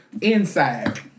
Inside